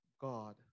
God